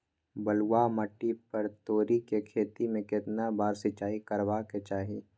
बलुआ माटी पर तोरी के खेती में केतना बार सिंचाई करबा के चाही?